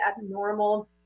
abnormal